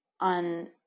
on